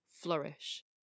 flourish